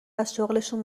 ازشغلشون